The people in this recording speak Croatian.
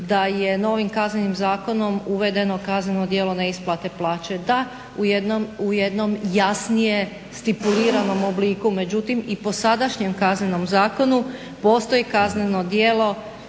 da je novim Kaznenim zakonom uvedeno kazneno djelo neisplate plaće. Da, u jednom jasnije stipuliranom obliku, međutim i po sadašnjem Kaznenom zakonu postoji kazneno djelo